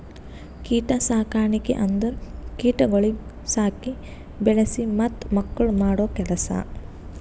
ಕೀಟ ಸಾಕಣಿಕೆ ಅಂದುರ್ ಕೀಟಗೊಳಿಗ್ ಸಾಕಿ, ಬೆಳಿಸಿ ಮತ್ತ ಮಕ್ಕುಳ್ ಮಾಡೋ ಕೆಲಸ